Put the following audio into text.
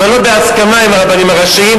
אבל לא בהסכמה עם הרבנים הראשיים,